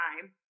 time